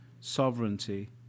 sovereignty